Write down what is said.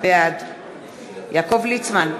בעד יעקב ליצמן,